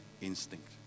instinct